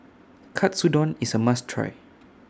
Katsudon IS A must Try